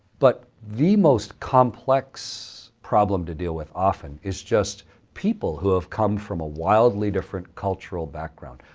but the most complex problem to deal with, often, is just people who have come from a wildly different cultural background,